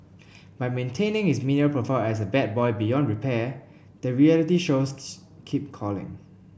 by maintaining his media profile as a bad boy beyond repair the reality shows keep calling